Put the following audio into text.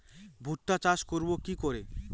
ভুট্টা চাষ করব কি করে?